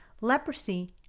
Leprosy